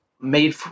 made